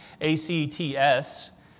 A-C-T-S